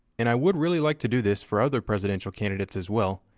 and i would really like to do this for other presidential candidates as well,